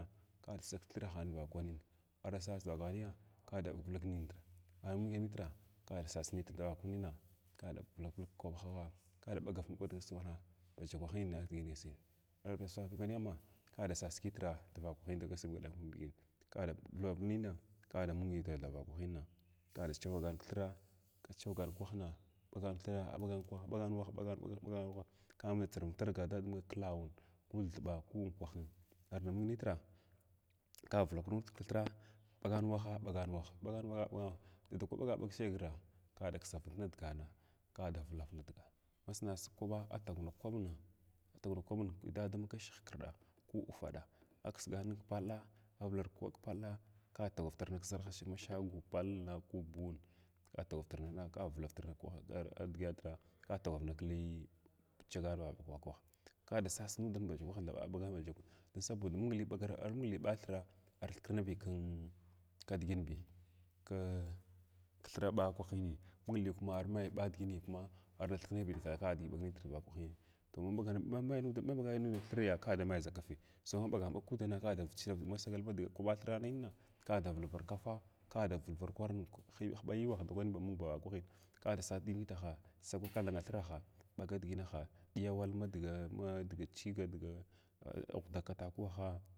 Kadasagav thrahan vakwanin arda sas vakwanni kada vulak nudah armung nitr kda arsas nitr dvakwanin kada vulak vulg nud kwaɓahagha ka bagar bagar kda sughwah baj bakwahins, innngaysago arsay nighanyma sas kitra davakwalima dasugwa diginin kada vulga vulg nims kada chaugan kthira changan kwahs ɓagan kwaha ɓagan kwah ka matsima tr tsiygn a dama mung klawa, ku thibs ki unkwahin arda mung nitra ka vulak nud kthira ɓagan waha ɓagan wahs ɓagan waha ɓagan waha indakwa ɓagaɓag shagra kada kisar nidigana kada vukav nidigana masansig kwaɓa ataguna kwaɓa tagwana kwaɓin da dama kashi hkrɗin ku ufaɗa akisgan nin kpalla ka fagwurnatr taghw kʒarha shago pallna tr buwun, ka tagwrvutrnan ma na kitri kima vakwah kada sas nud ah bata kwahin thaba a bajakwahin don saboda mung ki bagar mung ki ɓathirs ar thikna bi kin kidigin bi kthira ɓakwahin munli kuma armai ɓa digin kums alda thknibi diʒi arɓag nitr vakwahi toh ma haba mai maɓagai nud kthiriya kada hai ʒa kafi so ma ɓagamg ɓag kudahra kuda shrav masagal koba diʒi ɓathirana ka da yulvar kafa kada valvar kuwa huɓa yuwah ndakwani mung ba vakwani ka da sas digituha sagwa kathanga thiraha ɓaga diginaha, diya wul ma ha diga chiga medga chiʒa dga ghuda kawaha.